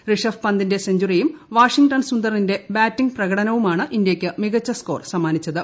ഋഷഭ് പന്തിന്റെ സെഞ്ചുറിയും വാഷിംഗ്ടൺ സുന്ദറിന്റെ ബാറ്റിംഗ് പ്രകടനവുമാണ് ഇന്ത്യക്ക് മികച്ച സ്കോർ സമ്മാനിച്ചത്